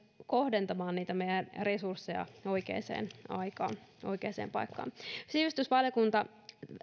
kohdentamaan meidän resurssejamme oikeaan aikaan oikeaan paikkaan sivistysvaliokunta